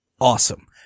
Awesome